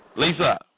Lisa